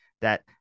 that-